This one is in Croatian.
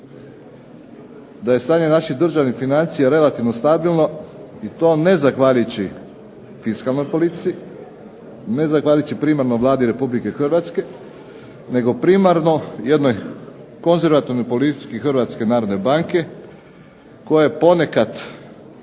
da stanje naših državni financija relativno stabilno i to ne zahvaljujući fiskalnoj politici, ne zahvaljujući primarno Vladi Republike Hrvatske, nego primarno jednoj konzervatornoj politici HNB-a koja je ponekada